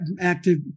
active